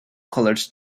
colors